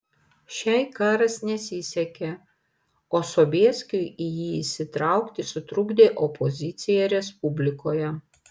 šiai karas nesisekė o sobieskiui į jį įsitraukti sutrukdė opozicija respublikoje